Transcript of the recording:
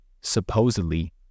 Supposedly